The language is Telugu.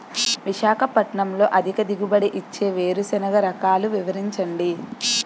విశాఖపట్నంలో అధిక దిగుబడి ఇచ్చే వేరుసెనగ రకాలు వివరించండి?